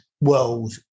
world